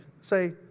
Say